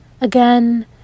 Again